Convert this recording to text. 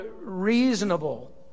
reasonable